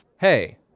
Hey